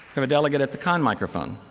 um delegate at the con microphone.